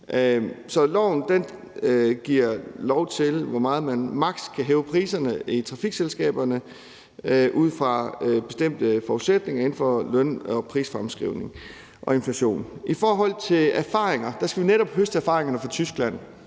Så loven angiver, hvor meget man maks. kan hæve priserne i trafikselskaberne ud fra bestemte forudsætninger inden for løn- og prisfremskrivning og inflation. I forhold til erfaringer skal vi netop høste erfaringerne fra Tyskland.